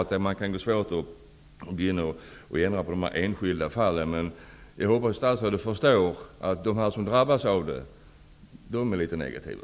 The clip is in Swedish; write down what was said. Jag förstår att det kan vara svårt att ändra på de enskilda fallen. Jag hoppas statsrådet förstår att de som drabbas av dessa regler är negativa.